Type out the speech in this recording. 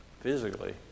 physically